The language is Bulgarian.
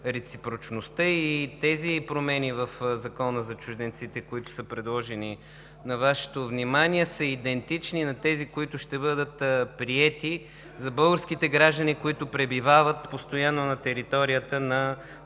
реципрочността и тези промени в Закона за чужденците, които са предложени на Вашето внимание, са идентични на тези, които ще бъдат приети за българските граждани, които пребивават постоянно на територията на